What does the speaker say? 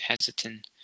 hesitant